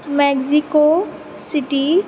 Mexico city